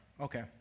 Okay